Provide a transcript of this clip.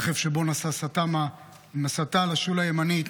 הרכב שבו נסע סטה לשול הימני,